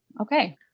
okay